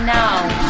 now